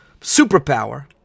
superpower